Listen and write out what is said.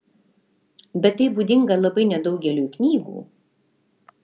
bet tai būdinga labai nedaugeliui knygų